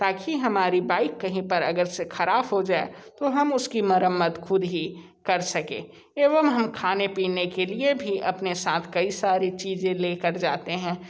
ताकि हमारी बाइक कहीं पर अगर से ख़राब हो जाए तो हम उस की मरम्मत ख़ुद ही कर सकें एवं हम खाने पीने के लिए भी अपने साथ कई सारी चीज़ें ले कर जाते हैं